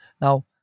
Now